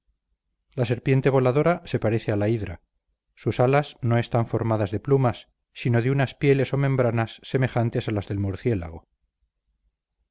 la serpiente voladora se parece a la hidra sus alas no están formadas de plumas sino de unas pieles o membranas semejantes a las del murciélago